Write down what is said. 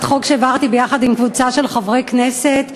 יחד עם קבוצה של חברי הכנסת.